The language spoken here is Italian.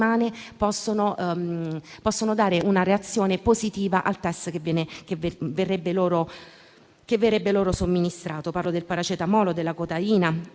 possono produrre una reazione positiva al test che verrebbe loro fatto. Parlo del paracetamolo, o della codeina: